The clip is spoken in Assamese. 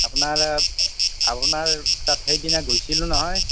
আপোনাৰ আপোনাৰ তাত সেইদিনা গৈছিলো নহয়